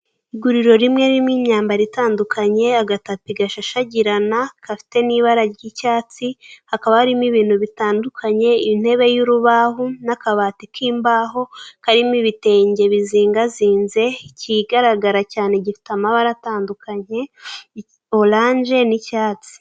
Iguriro rimwe ririmo imyambaro itandukanye, agatapi gashashagirana gafite n'ibara ry'icyatsi, hakaba harimo ibintu bitandukanye, intebe y'urubaho n'akabati k'imbaho karimo ibitenge bizingazinze, ikigaragara cyane gifite amabara atandukanye, oranje n'icyatsi.